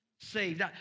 saved